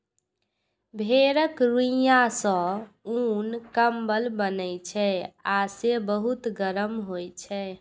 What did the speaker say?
भेड़क रुइंया सं उन, कंबल बनै छै आ से बहुत गरम होइ छै